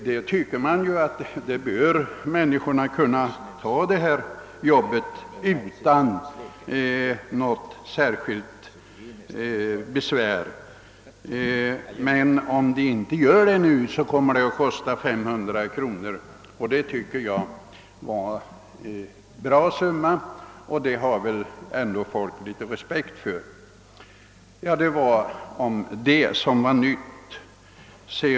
Man tycker ju att människorna bör kunna göra det utan att det kan betraktas som något särskilt besvärligt. Om de inte gör det kommer det att kosta 500 kronor. Det tycker jag är en bra summa som folk ändå har litet respekt för. Det var alltså det som var nytt att säga.